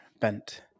bent